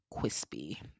crispy